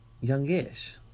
Youngish